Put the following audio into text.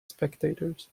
spectators